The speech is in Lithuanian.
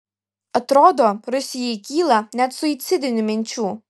atrodo rusijai kyla net suicidinių minčių